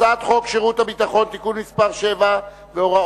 הצעת חוק שירות ביטחון (תיקון מס' 7 והוראות